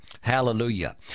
Hallelujah